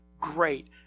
Great